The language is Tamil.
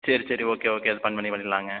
சரி சரி ஓகே ஓகே அது பண் பண்ணி பண்ணிரலாங்க